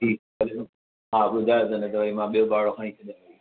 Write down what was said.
जी ज़रूरु हा ॿुधायो न त न मां ॿियो भाड़ो खणी छॾींदमि